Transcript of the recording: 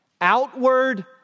outward